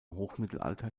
hochmittelalter